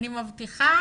אני מבטיחה